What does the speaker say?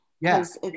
Yes